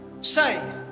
say